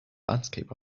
landscape